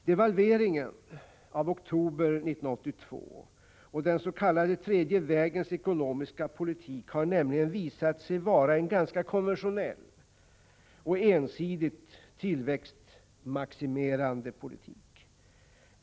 Devalveringen i oktober 1982 och den s.k. tredje vägens ekonomiska politik har nämligen visat sig vara en ganska konventionell och ensidigt tillväxtmaximerande politik.